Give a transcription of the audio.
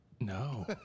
No